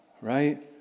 right